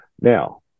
Now